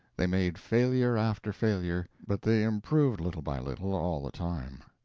they made failure after failure, but they improved little by little all the time.